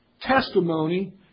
testimony